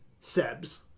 Seb's